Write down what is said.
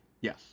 Yes